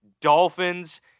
dolphins